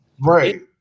right